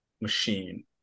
machine